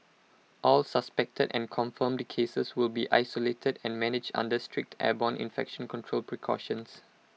all suspected and confirmed cases will be isolated and managed under strict airborne infection control precautions